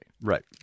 Right